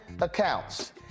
accounts